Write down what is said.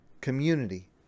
community